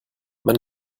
man